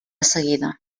seguida